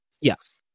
yes